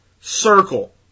circle